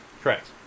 Correct